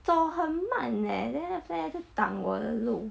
走很慢 leh then after that 她一直挡我的路